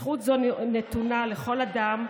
זכות זו נתונה לכל אדם,